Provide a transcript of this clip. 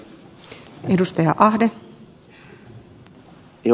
arvoisa puhemies